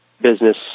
business